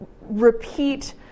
repeat